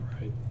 Right